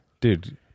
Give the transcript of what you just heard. dude